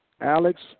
Alex